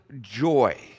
joy